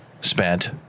spent